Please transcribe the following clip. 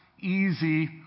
easy